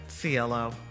CLO